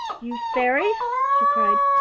you fairies, she cried,